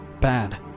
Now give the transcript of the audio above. Bad